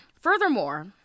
furthermore